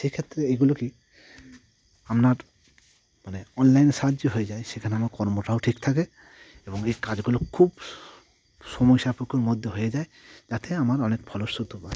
সেক্ষেত্রে এগুলো কি আপনার মানে অনলাইনের সাহায্য হয়ে যায় সেখানে আমার কর্মটাও ঠিক থাকে এবং এই কাজগুলো খুব সময় সাপেক্ষর মধ্যে হয়ে যায় যাতে আমার অনেক ফলস্রুত হয়